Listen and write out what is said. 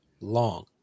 long